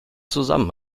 zusammen